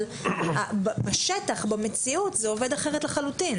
אבל במציאות ובשטח זה עובד אחרת לחלוטין.